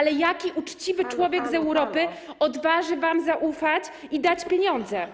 ale jaki uczciwy człowiek z Europy odważy się wam zaufać i dać pieniądze?